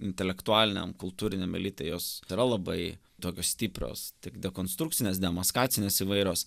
intelektualiniam kultūriniam elitui jos yra labai tokios stiprios tik dekonstrukcinės demaskacinės įvairios